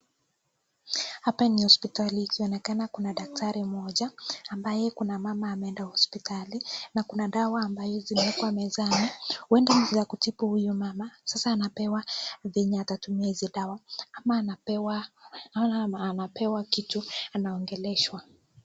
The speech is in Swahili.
Hapa ni hospitali ikionekana kuna daktari mmoja ambaye kuna mama ameenda hospitali na kuna dawa ambayo zimewekwa mezani. Huenda za kutibu huyu mama. Sasa anapewa venye atatumia hizi dawa, ama anapewa naona anapewa kitu anaongeleshwa.